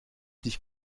dich